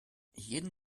jeden